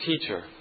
teacher